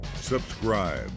subscribe